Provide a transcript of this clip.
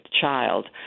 child